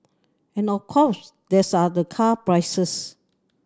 and of course this are the car prices